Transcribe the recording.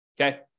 okay